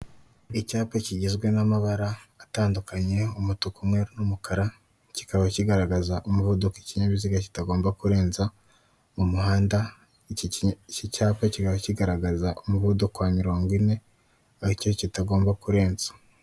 Icyapa kigizwe n'amabara atandukanye, umutuku, umweru n'umukara kikaba kigaragaza umuvuduko ikinyabiziga kitagomba kurenza mu muhanda, iki cyapa kikaba kigaragaza umuvuduko wa mirongo ine, aricyo kitagomba kurenza.